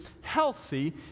healthy